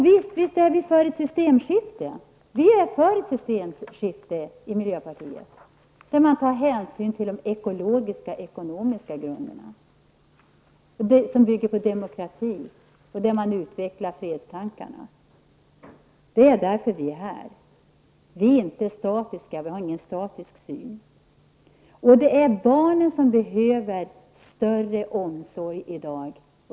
Visst är vi i miljöpartiet för ett systemskifte, där man tar hänsyn till de ekologiskt-ekonomiska grunderna, som bygger på demokrati, och där man utvecklar fredstankarna. Det är därför vi är här. Vi har icke någon statisk syn. Barnen behöver stor omsorg i dag.